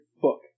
book